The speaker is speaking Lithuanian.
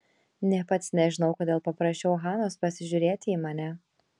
nė pats nežinau kodėl paprašiau hanos pasižiūrėti į mane